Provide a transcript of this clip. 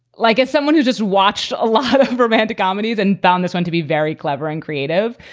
like, it's someone who just watched a lot of romantic comedies and found this one to be very clever and creative.